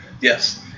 Yes